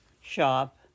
shop